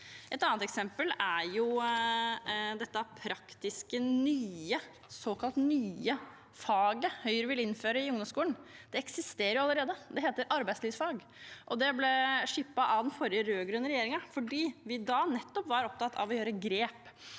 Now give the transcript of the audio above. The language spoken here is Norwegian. Et annet eksempel er det praktiske, nye – såkalt nye – faget Høyre vil innføre i ungdomsskolen. Det eksisterer allerede; det heter arbeidslivsfag. Det ble sluppet av den forrige rød-grønne regjeringen fordi vi var opptatt av å gjøre grep